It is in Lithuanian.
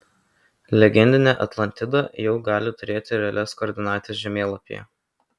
legendinė atlantida jau gali turėti realias koordinates žemėlapyje